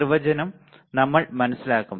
നിർവചനം നമ്മൾ മനസിലാക്കും